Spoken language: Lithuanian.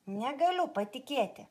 negaliu patikėti